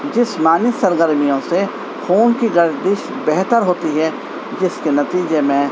جسمانی سرگرمیوں سے خون کی گردش بہتر ہوتی ہے جس کے نتیجے میں